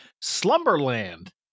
Slumberland